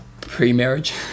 pre-marriage